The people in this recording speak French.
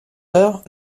heures